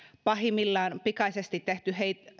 pahimmillaan pikaisesti tehty